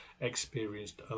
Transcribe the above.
experienced